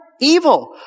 Evil